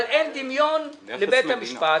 אבל אין דמיון לבית המשפט.